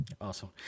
awesome